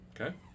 Okay